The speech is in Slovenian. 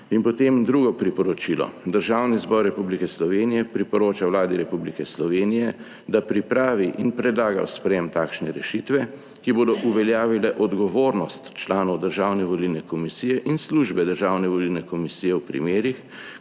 In potem drugo priporočilo, Državni zbor Republike Slovenije priporoča Vladi Republike Slovenije, da pripravi in predlaga v sprejem takšne rešitve, ki bodo uveljavile odgovornost članov Državne volilne komisije in službe Državne volilne komisije v primerih,